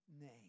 name